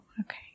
okay